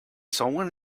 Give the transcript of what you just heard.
someone